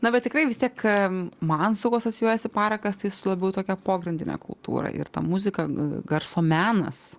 na bet tikrai vis tiek man su kuo asocijuojasi parakas tai labiau tokia pogrindinė kultūra ir ta muzika garso menas